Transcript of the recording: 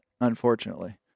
unfortunately